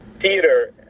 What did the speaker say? theater